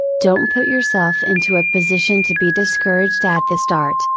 don't put yourself into a position to be discouraged at the start,